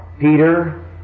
Peter